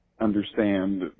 understand